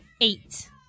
eight